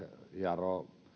hieroa